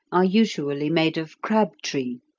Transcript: are usually made of crab-tree,